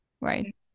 right